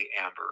Amber